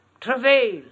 travail